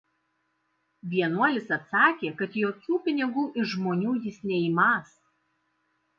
vienuolis atsakė kad jokių pinigų iš žmonių jis neimąs